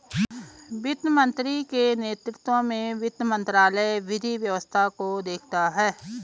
वित्त मंत्री के नेतृत्व में वित्त मंत्रालय विधि व्यवस्था को देखता है